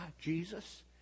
Jesus